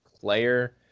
player